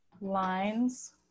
lines